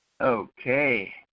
Okay